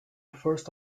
first